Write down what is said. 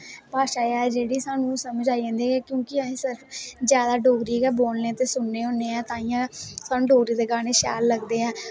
भाशा ऐ जेह्ड़ी साह्नू समझ आई जंदी ऐ क्योंकि अस सिर्फ जादा डोगरी गै बोलने ते सुनने होने ऐं तांईयैं साह्नू डोगरी दे गाने शैल लगदे ऐं